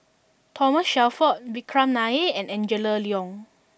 Thomas Shelford Vikram Nair and Angela Liong